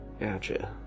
Gotcha